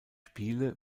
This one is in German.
spiele